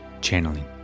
channeling